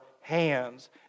hands